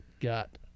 got